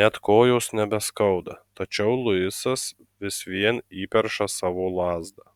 net kojos nebeskauda tačiau luisas vis vien įperša savo lazdą